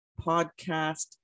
podcast